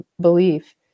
belief